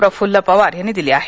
प्रफुल्ल पवार यांनी दिली आहे